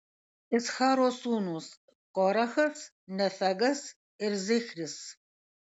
iccharo sūnūs korachas nefegas ir zichris